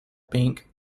bank